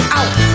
out